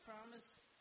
promise